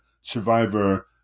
survivor